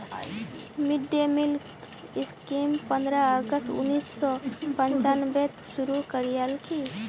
mid day meal स्कीमक पंद्रह अगस्त उन्नीस सौ पंचानबेत शुरू करयाल की